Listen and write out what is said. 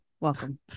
welcome